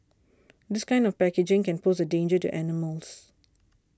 this kind of packaging can pose a danger to animals